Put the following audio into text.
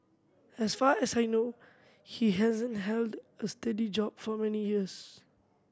as far as I know he hasn't held a steady job for many years